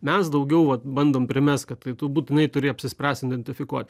mes daugiau vat bandom primest kad tai tu būtinai turi apsispręst identifikuot